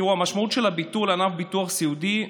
תראו, ביטול ענף הביטוח הסיעודי,